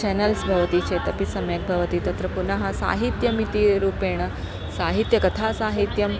channels भवति चेदपि सम्यक् भवति तत्र पुनः साहित्यमिति रूपेण साहित्यकथासाहित्यं